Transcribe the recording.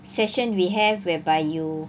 session we have whereby you